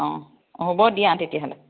অঁ হ'ব দিয়া তেতিয়াহ'লে